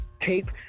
tape